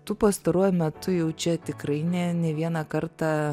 tu pastaruoju metu jau čia tikrai ne ne vieną kartą